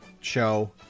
show